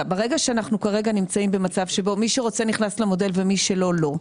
שאנחנו כרגע נמצאים במצב שבו מי שרוצה נכנס למודל ומי שלא לא,